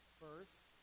first